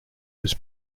was